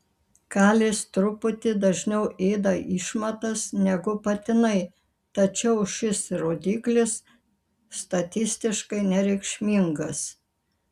kalės truputį dažniau ėda išmatas negu patinai tačiau šis rodiklis statistiškai nereikšmingas